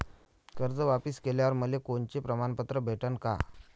कर्ज वापिस केल्यावर मले कोनचे प्रमाणपत्र भेटन का?